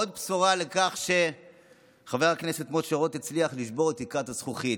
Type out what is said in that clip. עוד בשורה על כך שחבר הכנסת משה רוט הצליח לשבור את תקרת הזכוכית,